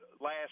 last